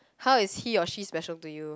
how is he or she special to you